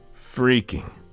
freaking